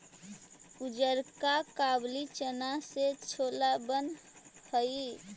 उजरका काबली चना से छोला बन हई